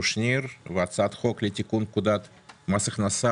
קושניר והצעת חוק לתיקון פקודת מס הכנסה